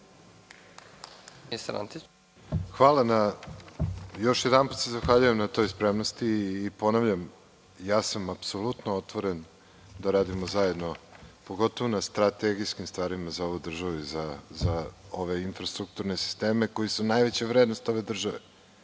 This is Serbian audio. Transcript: Hvala. Još jedanput se zahvaljujem na toj spremnosti. Ponavljam, ja sam apsolutno otvoren da radimo zajedno, pogotovo na strategijskim stvarima za ovu državu i za ove infrastrukturne sisteme koji su najveća vrednost ove države.